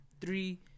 Three